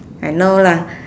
I know lah